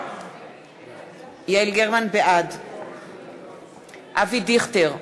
בעד אבי דיכטר,